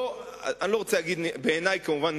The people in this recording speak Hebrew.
בעיני כמובן,